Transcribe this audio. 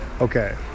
Okay